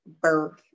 birth